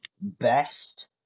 Best